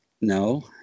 No